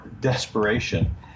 desperation